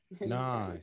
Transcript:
Nice